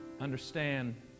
understand